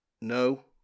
No